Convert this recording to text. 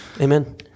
Amen